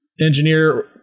Engineer